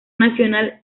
nacional